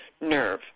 nerve